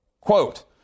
Quote